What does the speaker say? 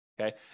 okay